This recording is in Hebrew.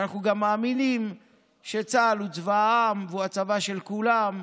ואנחנו גם מאמינים שצה"ל הוא צבא העם והוא הצבא של כולם,